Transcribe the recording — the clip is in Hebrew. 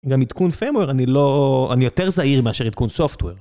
גם עדכון firmware אני לא, אני יותר זהיר מאשר עדכון software.